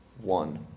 one